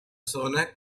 zona